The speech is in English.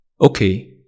okay